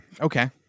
okay